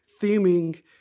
theming